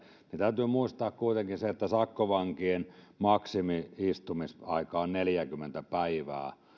täytyy muistaa kuitenkin se että sakkovankien maksimi istumisaika on neljäkymmentä